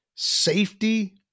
safety